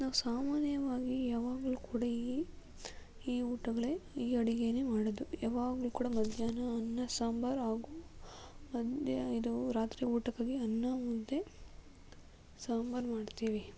ನಾವು ಸಾಮಾನ್ಯವಾಗಿ ಯಾವಾಗಲೂ ಕೂಡ ಈ ಈ ಊಟಗಳೇ ಈ ಅಡುಗೆನೆ ಮಾಡೋದು ಯಾವಾಗ್ಲೂ ಕೂಡ ಮಧ್ಯಾಹ್ನ ಅನ್ನ ಸಾಂಬಾರ್ ಹಾಗು ಮಧ್ಯ ಇದು ರಾತ್ರಿ ಊಟಕ್ಕಾಗಿ ಅನ್ನ ಮುದ್ದೆ ಸಾಂಬಾರ್ ಮಾಡ್ತೇವೆ